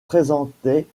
présentait